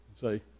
Say